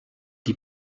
die